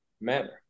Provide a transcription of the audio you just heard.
manner